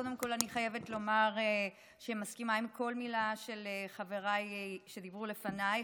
קודם כול אני חייבת לומר שאני מסכימה עם כל מילה של חבריי שדיברו לפניי,